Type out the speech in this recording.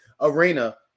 Arena